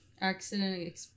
Accident